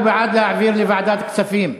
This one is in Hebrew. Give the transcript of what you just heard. הוא בעד להעביר לוועדת כספים,